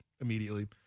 immediately